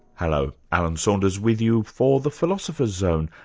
hello, alan saunders with you for the philosopher's zone,